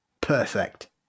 Perfect